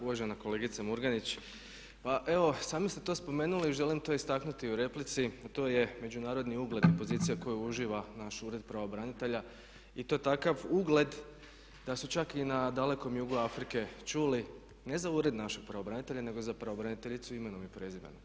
Uvažena kolegice Murganić, pa evo sami ste to spomenuli i želim to istaknuti u replici, to je međunarodni ugled i pozicija koju uživa naš ured pravobranitelja i to takav ugled da su čak i na dalekom jugu Afrike čuli ne za ured našeg pravobranitelja nego za pravobraniteljicu imenom i prezimenom.